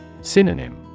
Synonym